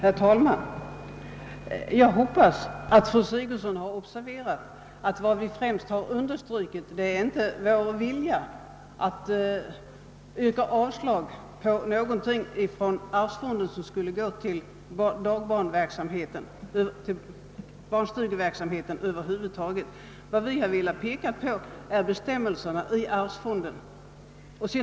Herr talman! Jag hoppas att fru Sigurdsen har observerat att vad vi främst har velat påpeka är vad bestämmelserna i arvsfonden innebär, Det är således på vår sida icke fråga om någon vilja att yrka avslag på att medel från arvsfonden skulle kunna anvisas till barnstugeverksamheten.